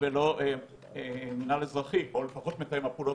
ולא מינהל אזרחי או לפחות מתאם הפעולות